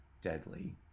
deadly